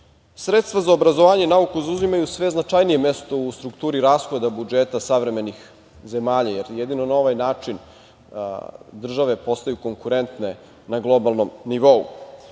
godini. Sredstva za obrazovanje i nauku zauzimaju sve značajnije mesto u strukturi rashoda budžeta savremenih zemalja, jer jedino na ovaj način države postaju konkurentne na globalnom nivou.